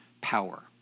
power